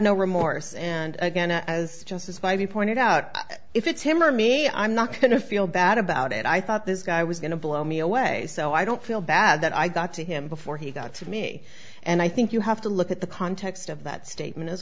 no remorse and again as five you pointed out if it's him or me i'm not going to feel bad about it i thought this guy was going to blow me away so i don't feel bad that i got to him before he got to me and i think you have to look at the context of that statement as